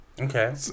Okay